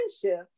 friendship